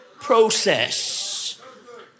Process